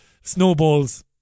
snowballs